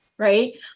Right